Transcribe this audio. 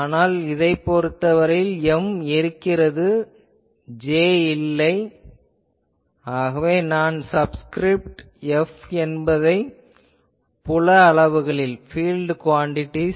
ஆனால் இதைப் பொறுத்தவரையில் M இருக்கிறது J என்பது இல்லை ஆகவே நான் சப்ஸ்கிரிப்ட் F என்பதை புல அளவுகளில் இடுகிறேன்